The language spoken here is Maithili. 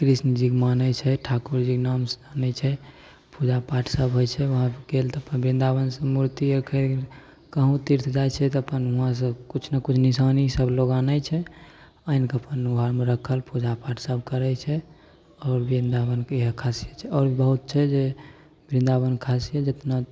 कृष्णजीके मानैत छै ठाकुरजीके नामसे मानैत छै पूजापाठ सब होइत छै वहाँपर गेल तऽ बृन्दाबनसे मूर्तिआर खरीद कहुँ तीर्थ जाइत छियै तऽ अपन हुआँसँ किछु ने किछु निशानीसब लोग आनैत छै आनिकऽ अपन घरमे रखल पूजापाठसब करै छै आओर बृन्दाबनके इहे खासियत आओर भी बहुत छै जे बृन्दाबन खासियत एहिठिना